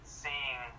seeing